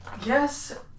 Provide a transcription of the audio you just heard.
yes